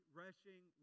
rushing